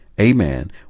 Amen